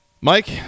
Mike